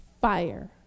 fire